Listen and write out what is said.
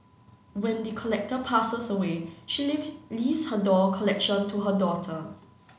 when the collector passes away she leaves her doll collection to her daughter